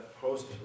host